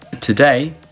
Today